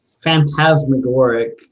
phantasmagoric